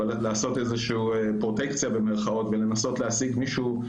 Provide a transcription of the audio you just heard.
אבל מבקשים לעשות איזו "פרוטקציה" ולנסות להשיג מישהו.